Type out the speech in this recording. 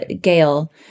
Gail